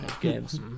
games